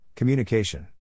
Communication